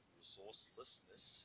resourcelessness